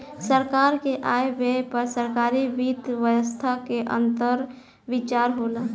सरकार के आय व्यय पर सरकारी वित्त व्यवस्था के अंदर विचार होला